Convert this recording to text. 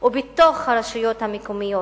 ובתוך הרשויות המקומיות.